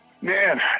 Man